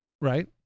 Right